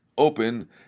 Open